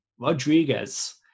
rodriguez